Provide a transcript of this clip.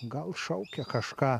gal šaukia kažką